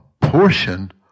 portion